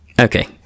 Okay